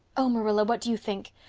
oh, marilla, what do you think?